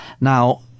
now